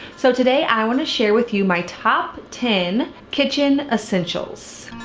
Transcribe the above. so today i want to share with you my top ten kitchen essentials.